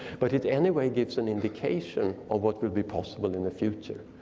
but it anyway gives an indication of what will be possible in the future.